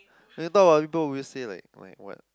when you talk about other people would you say like like what